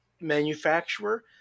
manufacturer